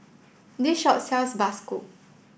this shop sells Bakso